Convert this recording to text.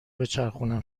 بچرخونم